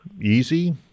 easy